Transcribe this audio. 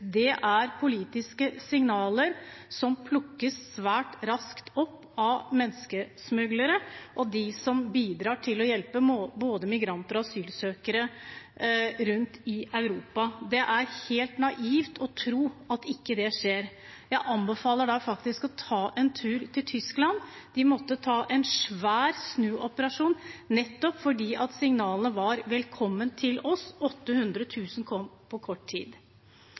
er dette politiske signaler som plukkes svært raskt opp av menneskesmuglere og av dem som bidrar til å hjelpe både migranter og asylsøkere rundt i Europa. Det er helt naivt å tro at det ikke skjer. Jeg anbefaler da å ta en tur til Tyskland. De måtte ta en svær snuoperasjon nettopp fordi signalene var «velkommen til oss». Det kom 800 000 på kort tid.